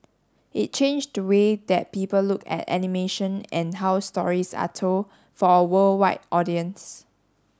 it changed the way that people look at animation and how stories are told for a worldwide audience